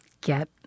get